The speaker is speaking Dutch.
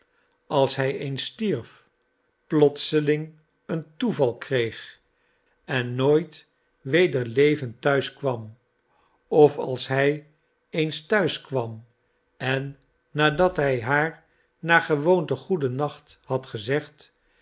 als hij eens stierf plotseling een toeval kreeg en nooit weder levend thuis kwam of als hij eens thuis kwam en nadat hij haar naar gewoonte goeden nacht had gezegd